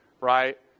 right